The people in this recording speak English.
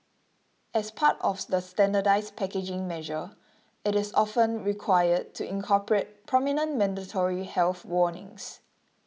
as part of the standardised packaging measure it is often required to incorporate prominent mandatory health warnings